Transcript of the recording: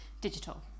digital